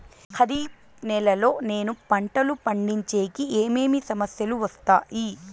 ఖరీఫ్ నెలలో నేను పంటలు పండించేకి ఏమేమి సమస్యలు వస్తాయి?